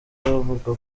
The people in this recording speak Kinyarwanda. avuga